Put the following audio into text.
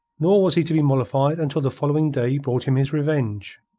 nor was he to be mollified until the following day brought him his revenge.